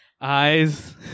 eyes